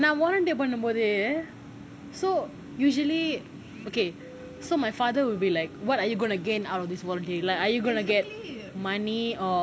நான்:naan volunteer பண்ணும்போதே:panumpothae so usually okay so my father will be like what are you going to gain out of this whole thing like are you going to get money or